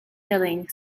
killing